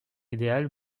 idéal